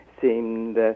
seemed